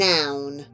Noun